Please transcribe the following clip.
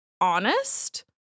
honest